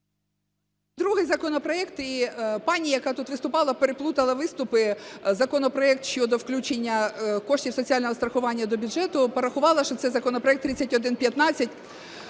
Другий законопроект, і пані, яка тут виступала, переплутала виступи, законопроект щодо включення коштів соціального страхування до бюджету порахувала, що це законопроект 3115.